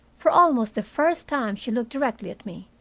for almost the first time she looked directly at me,